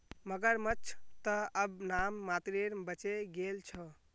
मगरमच्छ त अब नाम मात्रेर बचे गेल छ